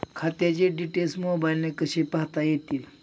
खात्याचे डिटेल्स मोबाईलने कसे पाहता येतील?